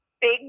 big